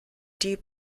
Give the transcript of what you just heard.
deep